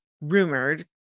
rumored